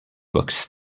books